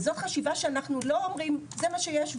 וזאת חשיבה שאנחנו לא אומרים זה מה שיש,